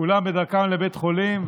כולם בדרכם לבית חולים,